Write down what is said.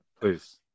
Please